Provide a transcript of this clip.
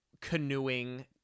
canoeing